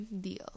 deal